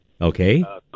Okay